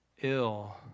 ill